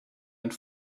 and